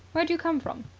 where do you come from?